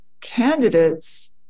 candidates